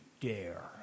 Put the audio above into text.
dare